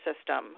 system